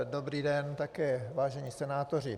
Dobrý den také, vážení senátoři.